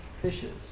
fishes